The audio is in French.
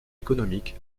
économique